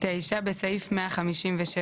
גם על חלקים נוספים.